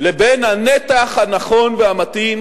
לבין הנתח הנכון והמתאים